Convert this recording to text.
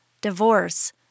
divorce